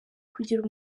kugira